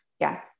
Yes